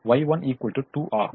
எனவே Y1 2 ஆகும்